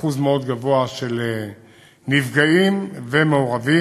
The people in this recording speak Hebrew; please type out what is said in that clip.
אחוז מאוד גבוה של נפגעים ומעורבים,